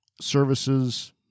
Services